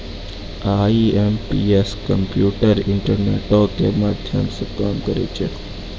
IMPS कम्प्यूटरो, इंटरनेटो के माध्यमो से काम करै छै